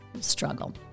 struggle